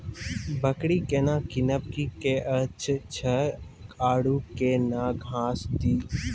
बकरी केना कीनब केअचछ छ औरू के न घास दी?